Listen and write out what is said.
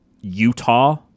Utah